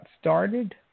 started